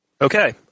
Okay